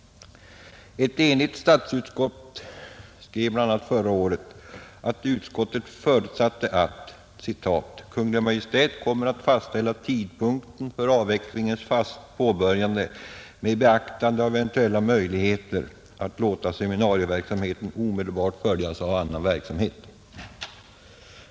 Ett enigt statsutskott skrev bl.a. förra året att utskottet förutsatte att ”Kungl. Maj:t kommer att fastställa tidpunkten för avvecklingens påbörjande med beaktande av eventuella möjligheter att låta seminarieverksamheten omedelbart följas av annan verksamhet”.